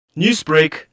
Newsbreak